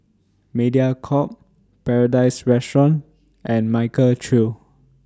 Mediacorp Paradise Restaurant and Michael Trio